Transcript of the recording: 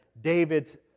David's